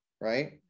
right